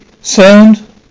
sound